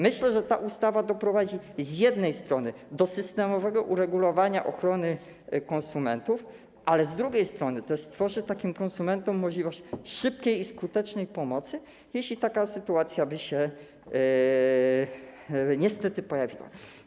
Myślę, że ta ustawa doprowadzi z jednej strony do systemowego uregulowania ochrony konsumentów, ale z drugiej strony też stworzy konsumentom możliwość szybkiej i skutecznej pomocy, jeśli taka sytuacja by się niestety pojawiła.